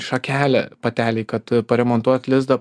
šakelę patelei kad paremontuot lizdą